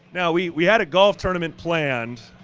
now we we had a golf tournament planned.